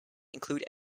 include